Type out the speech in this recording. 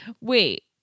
Wait